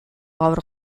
gaur